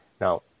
Now